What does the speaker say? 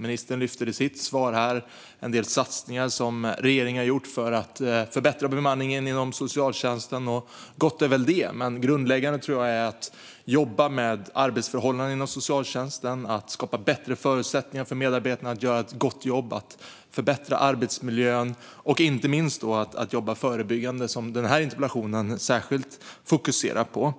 Ministern lyfter i sitt svar här fram en del satsningar som regeringen har gjort för att förbättra bemanningen inom socialtjänsten, och gott är väl det, men grundläggande tror jag är att jobba med arbetsförhållandena inom socialtjänsten, att skapa bättre förutsättningar för medarbetarna att göra ett gott jobb, att förbättra arbetsmiljön och inte minst att jobba förebyggande, vilket den här interpellationen särskilt fokuserar på.